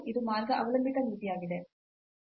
ಇದು ಮಾರ್ಗ ಅವಲಂಬಿತ ಮಿತಿಯಾಗಿದೆ